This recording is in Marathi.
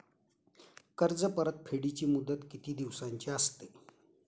कर्ज परतफेडीची मुदत किती दिवसांची असते?